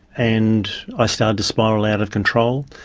and i started to spiral out of control.